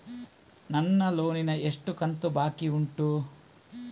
ನನ್ನ ಲೋನಿನ ಎಷ್ಟು ಕಂತು ಬಾಕಿ ಉಂಟು?